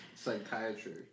Psychiatry